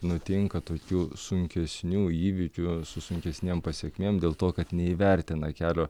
nutinka tokių sunkesnių įvykių sunkesniam pasekmėm dėl to kad neįvertina kelio